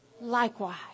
likewise